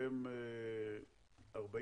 לרשותכם 40